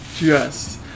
Yes